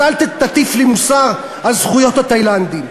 אז אל תטיף לי מוסר על זכויות התאילנדים,